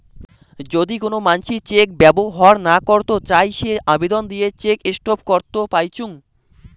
যদি কোন মানসি চেক ব্যবহর না করত চাই সে আবেদন দিয়ে চেক স্টপ করত পাইচুঙ